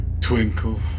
Twinkle